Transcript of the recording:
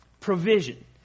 Provision